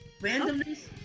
Randomness